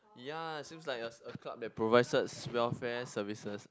yea seems like a a club that provides us welfare services